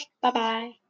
bye-bye